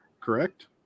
Correct